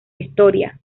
historia